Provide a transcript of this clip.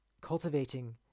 cultivating